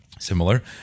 Similar